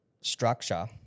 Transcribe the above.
structure